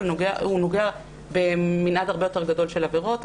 אבל הוא נוגע במנעד הרבה יותר גדול של עבירות,